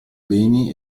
beni